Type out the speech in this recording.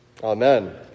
Amen